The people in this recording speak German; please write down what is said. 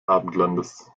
abendlandes